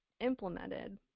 implemented